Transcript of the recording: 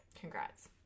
congrats